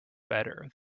better